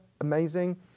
Amazing